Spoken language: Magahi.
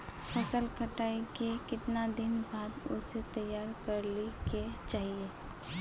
फसल कटाई के कीतना दिन बाद उसे तैयार कर ली के चाहिए?